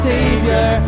Savior